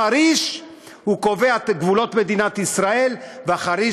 החריש קובע את גבולות מדינת ישראל והחריש